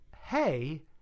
hey